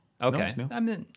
Okay